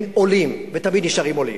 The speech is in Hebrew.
הם עולים ותמיד נשארים עולים.